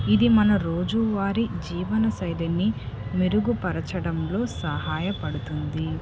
ఇది మన రోజువారి జీవన శైలిని మెరుగుపరచడంలో సహాయపడుతుంది